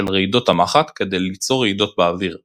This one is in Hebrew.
של רעידות המחט כדי ליצור רעידות באוויר - כלומר,